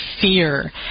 fear